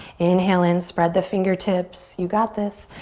inhale in, spread the fingertips. you got this.